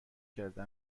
کرده